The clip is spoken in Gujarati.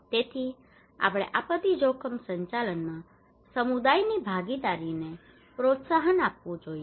તેથી આપણે આપત્તિ જોખમ સંચાલનમાં સમુદાયની ભાગીદારીને પ્રોત્સાહન આપવું જોઈએ